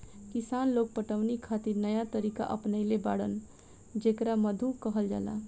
किसान लोग पटवनी खातिर नया तरीका अपनइले बाड़न जेकरा मद्दु कहल जाला